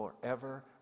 forever